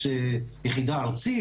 יש יחידה ארצית,